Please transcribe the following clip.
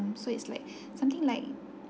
so it's like something like